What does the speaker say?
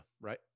Right